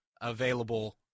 available